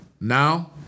now